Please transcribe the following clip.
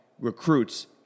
recruits